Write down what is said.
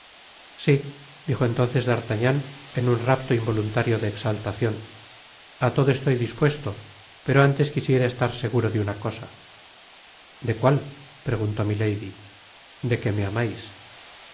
si dijo entonces d'artagnan en uo rapto involuntario de exaltacion á todo estoy dispuesto pero antes quisiera estar seguro de una cosa de cuál preguntó milady de que me amais